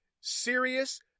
serious